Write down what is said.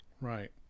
Right